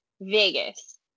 Vegas